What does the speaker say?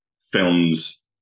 films